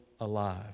alive